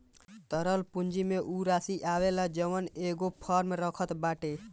तरल पूंजी में उ राशी आवेला जवन की एगो फर्म रखत बाटे